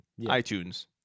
itunes